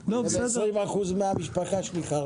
20% מהמשפחה שלי חרדים.